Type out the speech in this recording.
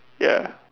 ya